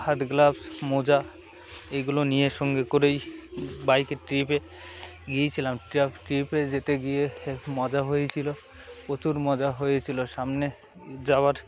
হাত গ্লাভস মোজা এইগুলো নিয়ে সঙ্গে করেই বাইকের ট্রিপে গিয়েছিলাম ট্র ট্রিপে যেতে গিয়ে মজা হয়েছিলো প্রচুর মজা হয়েছিলো সামনে যাওয়ার